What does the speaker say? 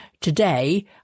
today